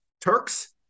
Turks